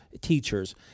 teachers